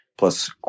plus